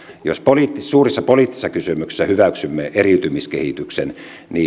jos suurissa poliittisissa kysymyksissä hyväksymme eriytymiskehityksen